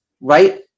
right